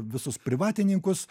visus privatininkus